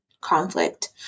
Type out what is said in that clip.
conflict